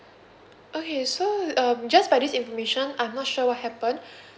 okay so um just by this information I'm not sure what happened